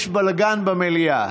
יש בלגן במליאה.